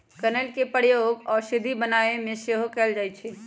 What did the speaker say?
कनइल के प्रयोग औषधि बनाबे में सेहो कएल जाइ छइ